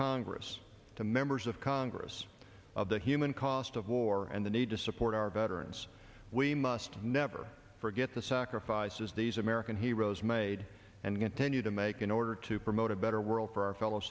congress to members of congress of the human cost of war and the need to support our veterans we must never forget the sacrifices these american heroes made and continue to make in order to promote a better world for our fellow